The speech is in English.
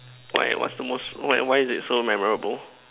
why what's the most why is it so memorable